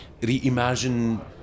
reimagine